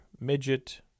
Midget